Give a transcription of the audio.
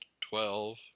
twelve